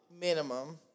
minimum